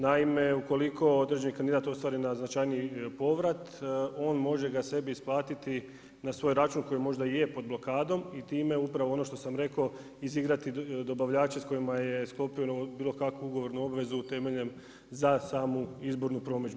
Naime, ukoliko određeni kandidat ostvari značajniji povrat on može ga sebi isplatiti na svoj račun koji možda je pod blokadom i time upravo ono što sam rekao izigrati dobavljače s kojima je sklopio bilo kakvu ugovornu obvezu temeljem za samu izbornu promidžbu.